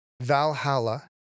Valhalla